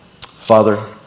Father